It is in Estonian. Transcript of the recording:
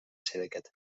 selged